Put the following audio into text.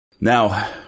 Now